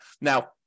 now